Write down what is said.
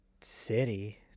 city